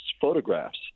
photographs